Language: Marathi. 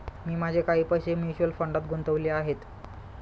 मी माझे काही पैसे म्युच्युअल फंडात गुंतवले आहेत